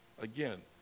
Again